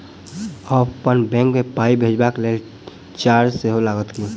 अप्पन बैंक मे पाई भेजबाक लेल चार्ज सेहो लागत की?